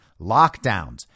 lockdowns